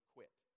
Quit